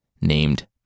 named